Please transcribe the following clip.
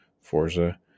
Forza